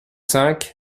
cinq